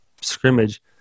scrimmage